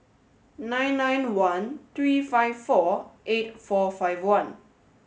nine nine one three five four eight four five one